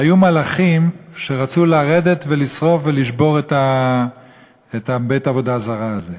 והיו מלאכים שרצו לרדת ולשרוף ולשבור את בית העבודה הזרה הזה.